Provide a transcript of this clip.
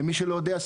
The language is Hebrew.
למי שלא יודע,